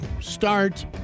start